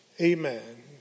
amen